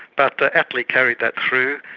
but attlee carried that through,